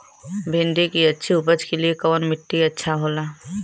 भिंडी की अच्छी उपज के लिए कवन मिट्टी अच्छा होला?